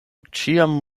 ĉiam